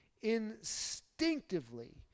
Instinctively